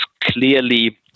clearly